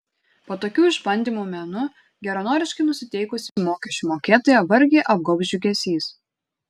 po tokių išbandymų menu geranoriškai nusiteikusį mokesčių mokėtoją vargiai apgaubs džiugesys